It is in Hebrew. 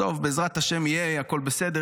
עזוב, בעזרת השם יהיה, הכול בסדר.